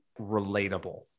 relatable